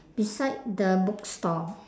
beside the bookstore